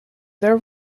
their